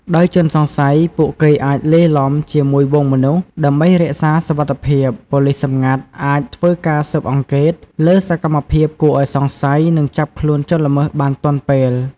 ដោយជនសង្ស័យ ពួកគេអាចលាយឡំជាមួយហ្វូងមនុស្ស ដើម្បីរក្សាសុវត្តិភាពប៉ូលិសសម្ងាត់អាច ធ្វើការស៊ើបអង្កេត លើសកម្មភាពគួរឱ្យសង្ស័យ និងចាប់ខ្លួនជនល្មើសបានទាន់ពេល។